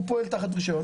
הוא פועל תחת רישיון,